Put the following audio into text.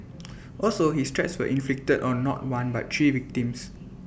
also his threats were inflicted on not one but three victims